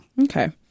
Okay